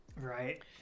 Right